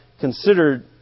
considered